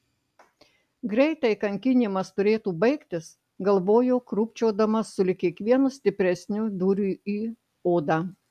greitai kankinimas turėtų baigtis galvojo krūpčiodama sulig kiekvienu stipresniu dūriu į odą